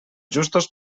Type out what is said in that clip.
justos